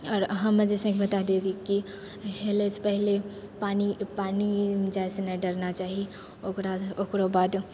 आओर हम जे छै ई बता दी कि हेलैसँ पहले पानीमे जाइसँ नहि डरना चाही ओकरासँ ओकरो बाद